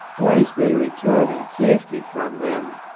or as they return in safety from them,